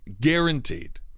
Guaranteed